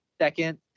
second